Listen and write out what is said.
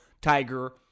Tiger